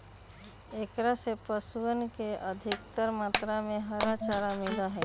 एकरा से पशुअन के अधिकतर मात्रा में हरा चारा मिला हई